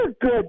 good